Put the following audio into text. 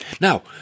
Now